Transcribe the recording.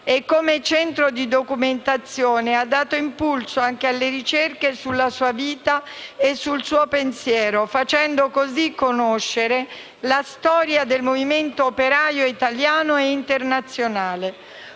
e, come centro di documentazione, ha dato impulso anche alle ricerche sulla sua vita e sul suo pensiero, facendo così conoscere la storia del movimento operaio italiano e internazionale.